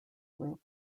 group